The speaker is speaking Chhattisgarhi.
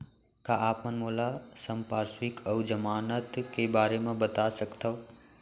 का आप मन मोला संपार्श्र्विक अऊ जमानत के बारे म बता सकथव?